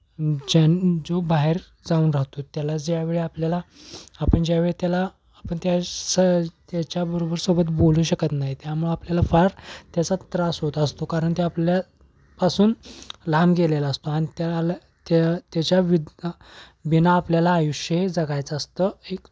ज्या जो बाहेर जाऊन राहतो त्याला ज्यावेळी आपल्याला आपण ज्यावेळी त्याला आपण त्या स त्याच्याबरोबर सोबत बोलू शकत नाही त्यामुळं आपल्याला फार त्याचा त्रास होत असतो कारण त्या आपल्यापासून लांब गेलेला असतो अन त्याला त्या त्याच्या वि बिना आपल्याला आयुष्य हे जगायचं असतं एक